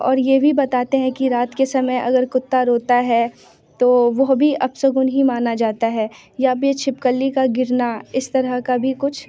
और ये भी बताते हैं कि रात के समय अगर कुत्ता रोता है तो वो भी अपशगुन ही माना जाता है या फिर छिपकली का गिरना इस तरह का भी कुछ